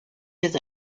his